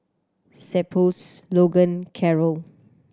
Cephus Logan Karel